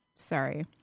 Sorry